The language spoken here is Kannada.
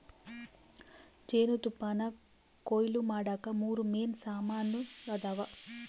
ಜೇನುತುಪ್ಪಾನಕೊಯ್ಲು ಮಾಡಾಕ ಮೂರು ಮೇನ್ ಸಾಮಾನ್ ಅದಾವ